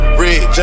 red